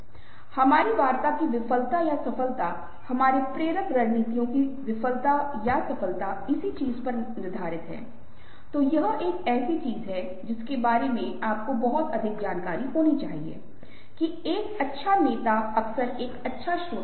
उदाहरण के लिए कहें जो सेल्स पर्सन हैं या सेल्स वुमन सेल्समैन हैं और अगर उन्हें परफॉर्म करने के लिए इस तरह का टास्क दिया जाता है तो वे इसे बहुत अच्छी तरह से करते हैं